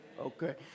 Okay